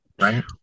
Right